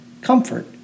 comfort